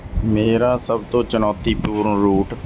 ਮੇਰਾ ਸਭ ਤੋਂ ਚੁਣੌਤੀਪੂਰਨ ਰੂਟ